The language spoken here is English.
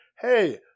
Hey